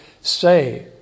say